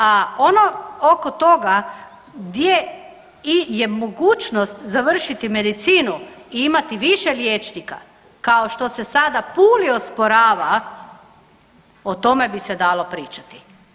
A ono oko toga gdje i je mogućnost završiti medicinu i imati više liječnika kao što se sada Puli osporava, o tome bi se dalo pričati.